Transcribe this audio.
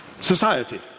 society